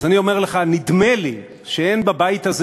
אז אני אומר לך: נדמה לי שאין בבית הזה